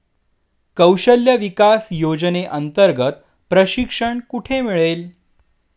कौशल्य विकास योजनेअंतर्गत प्रशिक्षण कुठे मिळेल?